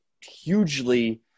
hugely